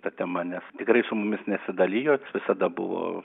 ta tema nes tikrai su mumis nesidalijo visada buvo